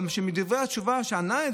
אלא שמדברי התשובה של מי שענה,